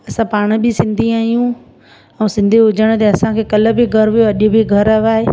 असां पाण बि सिंधी आहियूं ऐं सिंधी हुजण ते असांखे कल्ह बि गर्व हुयो अॼु बि गर्व आहे